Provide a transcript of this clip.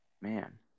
Man